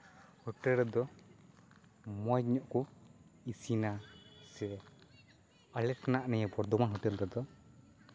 hotel ᱨᱮᱫ ᱢᱚᱡᱽ ᱧᱚᱜ ᱠᱚ ᱤᱥᱤᱱᱟ ᱥᱮ ᱟᱞᱮ ᱴᱷᱮᱱᱟᱜ ᱱᱤᱭᱟᱹ ᱵᱚᱨᱫᱷᱚᱢᱟᱱ ᱦᱳᱴᱮᱞ ᱨᱮᱫᱚ